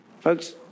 folks